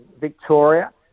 Victoria